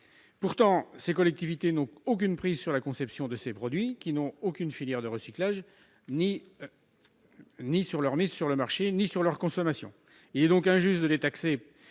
Pourtant, elles n'ont aucune prise, ni sur la conception de ces produits sans filière de recyclage, ni sur leur mise sur le marché, ni sur leur consommation. Il est donc injuste de les taxer